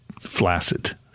flaccid